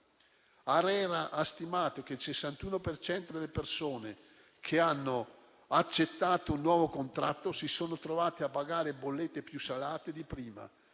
ARERA ha stimato che il 61 per cento delle persone che hanno accettato un nuovo contratto si è trovato a pagare bollette più salate di prima;